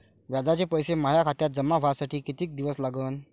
व्याजाचे पैसे माया खात्यात जमा व्हासाठी कितीक दिवस लागन?